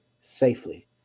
safely